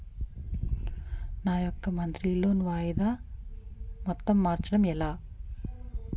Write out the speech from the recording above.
నా యెక్క monthly loan వాయిదా మొత్తం మార్చడం ఎలా?